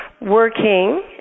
working